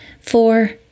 four